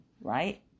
right